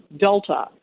Delta